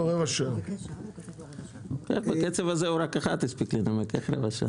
רבע שעה על הכול.